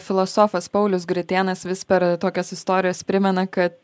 filosofas paulius gritėnas vis per tokias istorijas primena kad